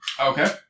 Okay